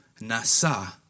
Nasa